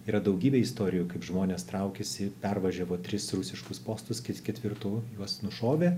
yra daugybė istorijų kaip žmonės traukėsi pervažiavo tris rusiškus postus ties ketvirtu juos nušovė